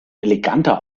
eleganter